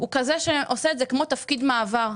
הוא כזה שעושה את זה כמו תפקיד מעבר,